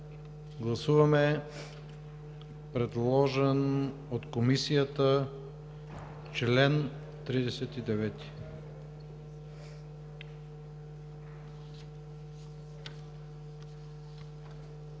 Гласуваме предложен от Комисията чл. 39.